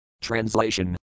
Translation